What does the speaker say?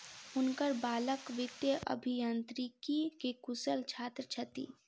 हुनकर बालक वित्तीय अभियांत्रिकी के कुशल छात्र छथि